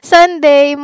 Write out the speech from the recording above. Sunday